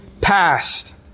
past